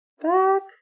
back